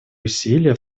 усилия